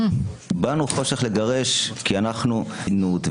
באנו חושך לגרש כי אנחנו עם חסינות,